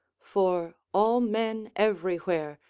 for all men everywhere,